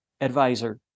advisor